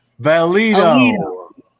Valido